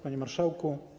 Panie Marszałku!